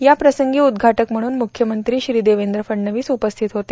याप्रसंगी उद्घाटक म्हणून मुख्यमंत्री श्री देवेंद्र फडणवीस उपस्थित होते